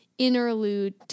Interlude